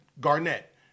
Garnett